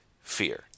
fear